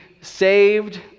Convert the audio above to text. saved